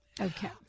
Okay